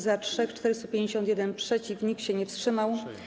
Za - 3, 451 - przeciw, nikt się wstrzymał.